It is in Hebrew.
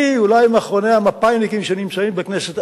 אני אולי מאחרוני המפא"יניקים שנמצאים בכנסת,